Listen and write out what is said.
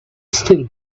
still